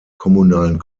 kommunalen